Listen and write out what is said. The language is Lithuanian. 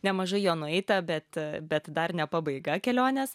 nemažai jo nueita bet bet dar ne pabaiga kelionės